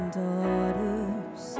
daughters